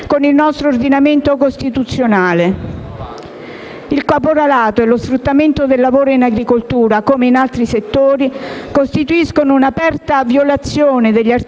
con il nostro ordinamento costituzionale. Il caporalato e lo sfruttamento del lavoro, in agricoltura come in altri settori, costituiscono un'aperta violazione degli articoli